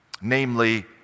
namely